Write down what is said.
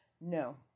no